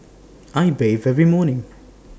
I bathe every morning